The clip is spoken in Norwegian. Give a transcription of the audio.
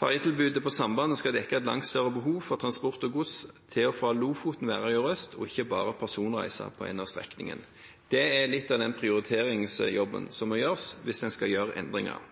Ferjetilbudet på sambandet skal dekke et langt større behov for transport og gods til og fra Lofoten, Værøy og Røst, og ikke bare personreiser på én av strekningene. Det er litt av den prioriteringsjobben som må gjøres hvis en skal gjøre endringer.